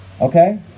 Okay